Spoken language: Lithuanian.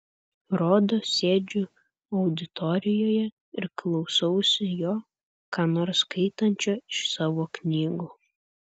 rodos sėdžiu auditorijoje ir klausausi jo ką nors skaitančio iš savo knygų